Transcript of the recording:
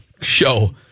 show